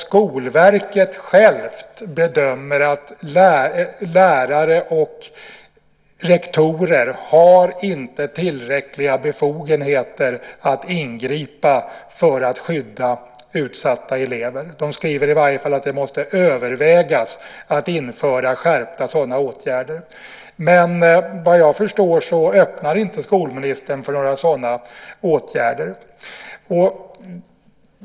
Skolverket självt bedömer att lärare och rektorer inte har tillräckliga befogenheter att ingripa för att skydda utsatta elever. Man skriver i varje fall att man måste överväga att införa sådana skärpta åtgärder. Men vad jag förstår öppnar inte skolministern för några sådana åtgärder.